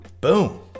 Boom